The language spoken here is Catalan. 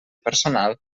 personal